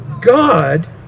God